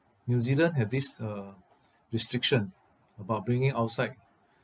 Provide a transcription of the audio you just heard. new zealand have this uh restriction about bringing outside